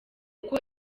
uko